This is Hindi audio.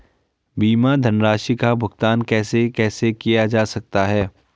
बीमा धनराशि का भुगतान कैसे कैसे किया जा सकता है?